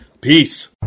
Peace